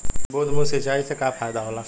बूंद बूंद सिंचाई से का फायदा होला?